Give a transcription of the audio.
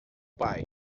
pai